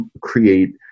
create